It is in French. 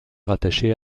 rattachée